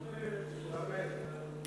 כיתה ב'.